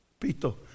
Pito